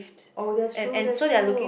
oh that's true that's true